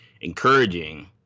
encouraging